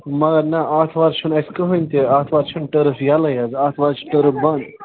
مگر نہَ آتھوارِ چھُنہٕ اَسہِ کٕہیٖنٛۍ تہِ آتھوارِ چھِنہٕ ٹٔرٕف یلےَ حظ آتھوارِ چھِ ٹٔرف بَنٛد